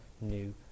new